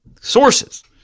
Sources